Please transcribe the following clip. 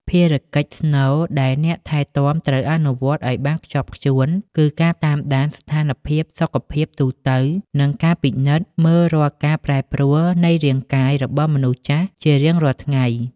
ភារកិច្ចស្នូលដែលអ្នកថែទាំត្រូវអនុវត្តឱ្យបានខ្ជាប់ខ្ជួន គឺការតាមដានស្ថានភាពសុខភាពទូទៅ និងការពិនិត្យមើលរាល់ការប្រែប្រួលនៃរាងកាយរបស់មនុស្សចាស់ជារៀងរាល់ថ្ងៃ។